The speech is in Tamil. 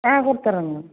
கொடுத்துறங்க